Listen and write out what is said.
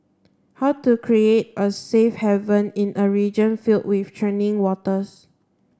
how to create a safe haven in a region filled with churning waters